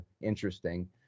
interesting